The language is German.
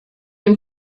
dem